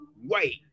wait